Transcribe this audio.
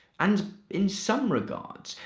and, in some regards,